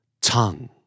Tongue